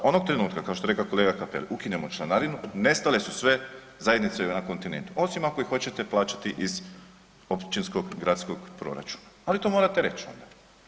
Onog trenutka kao što je rekao kolega CAppelli, ukinemo članarinu nestale su sve zajednice na kontinentu, osim ako ih hoćete plaćati iz općinskog, gradskog proračuna, ali to morate reći onda.